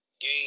game